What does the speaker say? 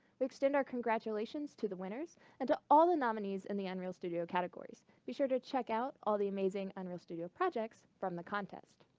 we extend our congratulations to the winners and to all the nominees in the unreal studio categories. be sure to check out all the amazing unreal studio projects from the contest.